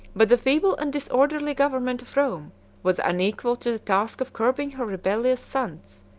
but the feeble and disorderly government of rome was unequal to the task of curbing her rebellious sons,